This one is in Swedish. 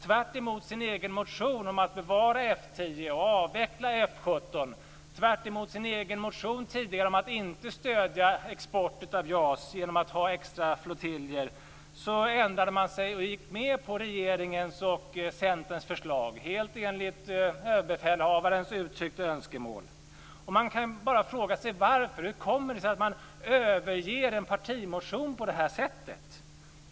Tvärtemot sin egen motion om att bevara F 10 och avveckla F 17 och tvärtemot sin egen motion tidigare om att inte stödja export av Jas genom att ha extra flottiljer, ändrade man sig och gick med på regeringens och Centerns förslag, helt i enlighet med överbefälhavarens uttryckta önskemål. Jag kan bara fråga mig varför. Hur kommer det sig att man överger en partimotion på det här sättet?